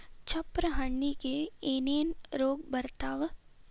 ಚಪ್ರ ಹಣ್ಣಿಗೆ ಏನೇನ್ ರೋಗ ಬರ್ತಾವ?